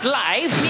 life